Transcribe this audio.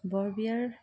বৰবিয়াৰ